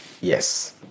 yes